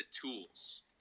tools